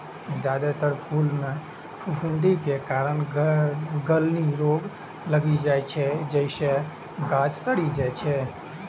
जादेतर फूल मे फफूंदी के कारण गलनी रोग लागि जाइ छै, जइसे गाछ सड़ि जाइ छै